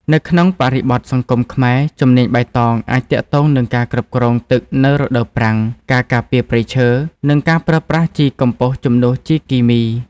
នៅក្នុងបរិបទសង្គមខ្មែរ ជំនាញបៃតងអាចទាក់ទងនឹងការគ្រប់គ្រងទឹកនៅរដូវប្រាំង ការការពារព្រៃឈើ និងការប្រើប្រាស់ជីកំប៉ុស្តជំនួសជីគីមី។